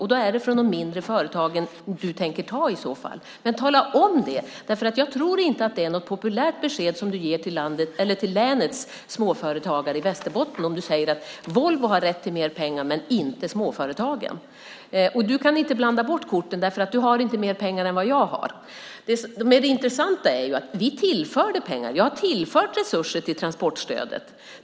I så fall är det från de mindre företagen du tänker ta pengarna, men tala då om det! Jag tror inte att det är något populärt besked som du ger till länets småföretagare i Västerbotten om du säger att Volvo har rätt till mer pengar men inte småföretagen. Du kan inte blanda bort korten, för du har inte mer pengar än vad jag har. Det intressanta är att jag har tillfört resurser till transportstödet.